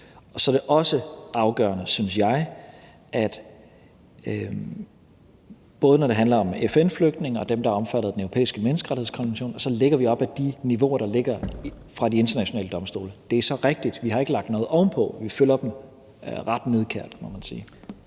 Så er det også afgørende, synes jeg, at både når det handler om FN-flygtninge, og når det handler om dem, der er omfattet af Den Europæiske Menneskerettighedskonvention, lægger vi os op ad de niveauer, der er fastlagt af de internationale domstole. Det er så rigtigt, at vi ikke har lagt noget ovenpå. Vi følger dem ret nidkært, må man sige.